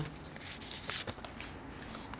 so tone is like to to to err